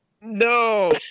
No